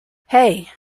hey